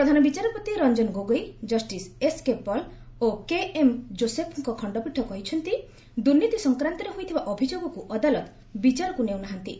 ପ୍ରଧାନ ବିଚାରପତି Ranjan Gogoi justice S K Pal ଓ K M ଜୋଶେଫଙ୍କ ଖଣ୍ଡପୀଠ କହିଛନ୍ତି ଦୁର୍ନୀତି ସଂକ୍ରାନ୍ତରେ ହୋଇଥିବା ଅଭିଯୋଗକୁ ଅଦାଲତ ବିଚାରକୁ ନେଉନାହାନ୍ତି